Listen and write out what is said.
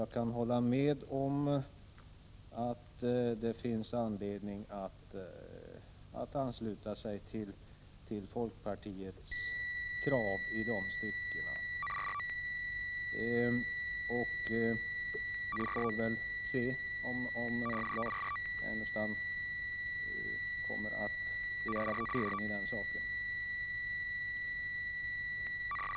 Jag kan hålla med om att det finns anledning att ansluta sig till folkpartiets krav i dessa stycken. Vi får se vad som händer om Lars Ernestam begär votering i den saken.